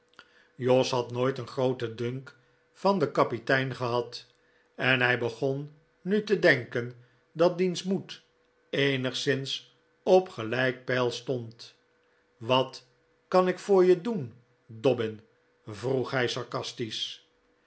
jos had nooit een grooten dunk van den kapitein gehad en hij begon nu te denken dat diens moed eenigszins op gelijk peil stond wat kan ik voor je doen dobbin vroeg hij sarcastisch